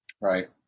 right